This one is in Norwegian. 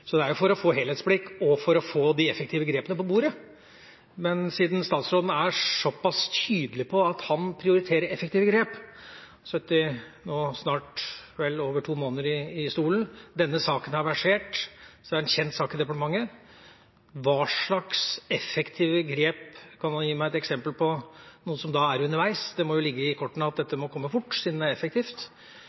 så pass tydelig på at han prioriterer effektive grep – han har vel sittet i over to måneder i stolen, og denne saken har versert, så det er en kjent sak i departementet – hva slags effektive grep er det? Kan han gi meg et eksempel på noe som er underveis? Det må jo ligge i kortene at dette må komme fort, siden det er effektivt.